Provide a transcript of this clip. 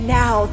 now